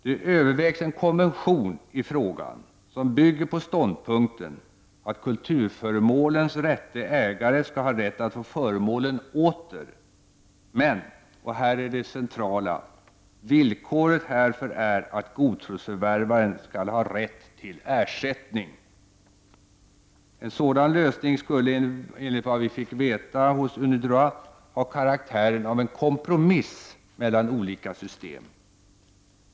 Det övervägs en konvention i frågan, som bygger på ståndpunkten att kulturföremålens rätte ägare skall ha rätt att få föremålen åter, men — och här är det centrala — villkoret härför är att godtrosförvärvaren skall ha rätt till ersättning. En sådan lösning skulle enligt vad vi fick veta hos UNIDROIT ha karaktären av en kompromiss mellan olika system.